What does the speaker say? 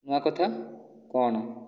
ନୂଆ କଥା କ'ଣ